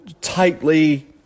tightly